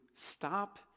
Stop